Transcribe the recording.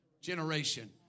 generation